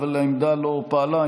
אבל העמדה לא פעלה.